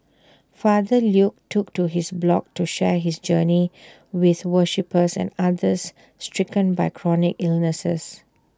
father Luke took to his blog to share his journey with worshippers and others stricken by chronic illnesses